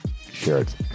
shirts